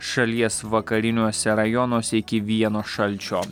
šalies vakariniuose rajonuose iki vieno šalčio